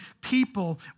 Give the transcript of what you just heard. people